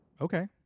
Okay